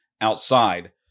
outside